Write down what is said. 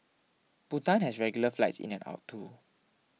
Bhutan has regular flights in and out too